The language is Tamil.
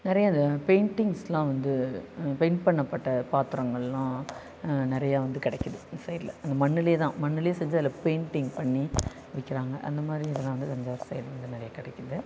நிறையா இது பெயிடிங்ஸ்லாம் வந்து பெயிண்ட் பண்ணப்பட்ட பாத்திரங்கள்லாம் நிறையா வந்து கிடைக்குது இந் சைட்டில் இந்த மண்ணுலேயே தான் மண்ணுலேயே செஞ்சி அதில் பெயிண்டிங் பண்ணி விற்கிறாங்க அந்த மாதிரி இதெலாம் வந்து இந்த சைட்டில் வந்து நிறைய கிடைக்குது